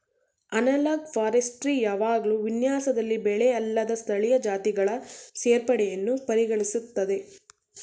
analogue forestry ಯಾವಾಗ್ಲೂ ವಿನ್ಯಾಸದಲ್ಲಿ ಬೆಳೆಅಲ್ಲದ ಸ್ಥಳೀಯ ಜಾತಿಗಳ ಸೇರ್ಪಡೆಯನ್ನು ಪರಿಗಣಿಸ್ತದೆ